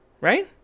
right